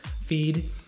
feed